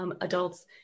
adults